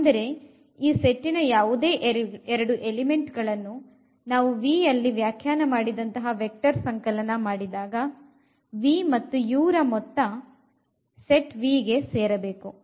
ಅಂದರೆ ಈ ಸೆಟ್ಟಿನ ಯಾವುದೇ ಎರೆಡು ಎಲಿಮೆಂಟ್ ಗಳನ್ನು ನಾವು V ನಲ್ಲಿ ವ್ಯಾಖ್ಯಾನ ಮಾಡಿದಂತಹ ವೆಕ್ಟರ್ ಸಂಕಲನ ಮಾಡಿದಾಗ v ಮತ್ತು u ರ ಮೊತ್ತ ಸೆಟ್ V ಗೆ ಸೇರಬೇಕು